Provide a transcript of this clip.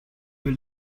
will